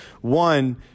one